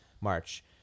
march